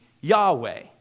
Yahweh